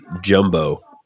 Jumbo